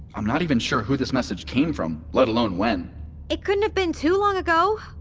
i'm not even sure who this message came from, let alone when it couldn't have been too long ago,